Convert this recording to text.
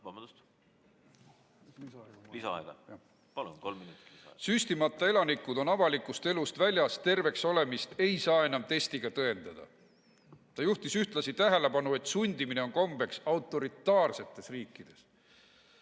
Vabandust! Lisaaega kolm minutit, palun! ... on avalikust elust väljas, terve olemist ei saa enam testiga tõendada. Ta juhtis ühtlasi tähelepanu, et sundimine on kombeks autoritaarsetes riikides.